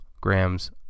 grams